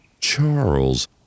Charles